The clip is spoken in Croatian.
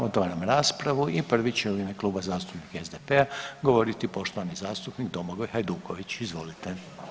Otvaram raspravu i prvi će u ime Kluba zastupnika SDP-a govoriti poštovani zastupnik Domagoj Hajduković, izvolite.